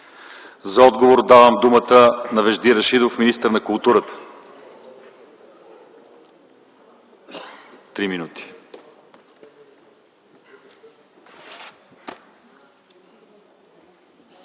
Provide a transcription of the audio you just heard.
За отговор давам думата на Вежди Рашидов – министър на културата. МИНИСТЪР